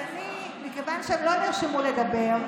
אדוני, מכיוון שהם לא נרשמו לדבר,